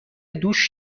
دوش